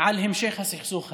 על המשך הסכסוך הזה.